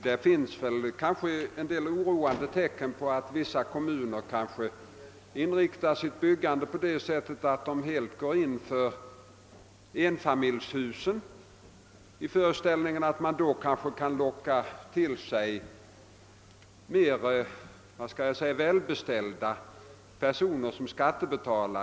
Det finns en del oroande tecken på att man i vissa kommuner inriktar sitt bostadsbyggande så att man går helt in för enfamiljshus, i föreställningen att man därigenom kan locka till sig mera välbeställda personer som skattebetalare.